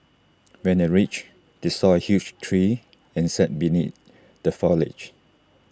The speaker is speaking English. when they reached they saw A huge tree and sat beneath the foliage